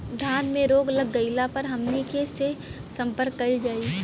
धान में रोग लग गईला पर हमनी के से संपर्क कईल जाई?